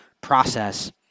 process